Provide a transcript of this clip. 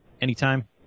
anytime